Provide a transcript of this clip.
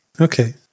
Okay